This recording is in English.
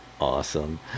awesome